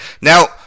Now